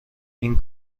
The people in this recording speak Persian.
این